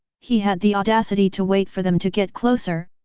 he had the audacity to wait for them to get closer,